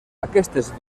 aquestes